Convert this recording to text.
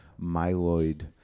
myeloid